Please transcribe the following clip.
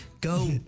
go